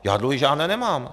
Já dluhy žádné nemám.